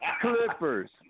Clippers